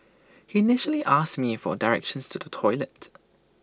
he initially asked me for directions to the toilet